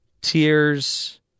Tears